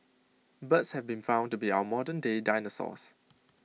birds have been found to be our modernday dinosaurs